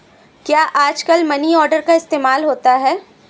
क्या आजकल money order का इस्तेमाल होता है?